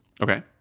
okay